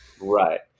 Right